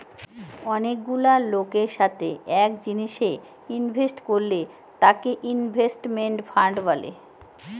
অনেকগুলা লোকের সাথে এক জিনিসে ইনভেস্ট করলে তাকে ইনভেস্টমেন্ট ফান্ড বলে